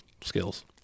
skills